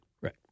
Right